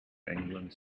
england